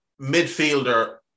midfielder